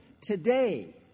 today